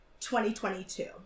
2022